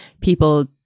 people